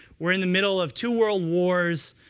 we're in the middle of two world wars.